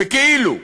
בכאילו?